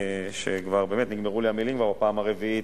שכבר באמת נגמרו לי המלים, כבר בפעם הרביעית,